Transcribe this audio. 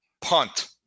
punt